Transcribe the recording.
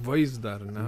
vaizdą ar ne